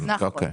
נכון.